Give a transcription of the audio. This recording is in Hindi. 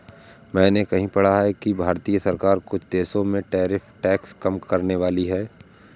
मैंने कहीं पढ़ा है कि भारतीय सरकार कुछ देशों पर टैरिफ टैक्स कम करनेवाली है